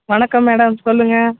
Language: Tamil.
வணக்கம் மேடம் சொல்லுங்கள்